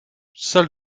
salle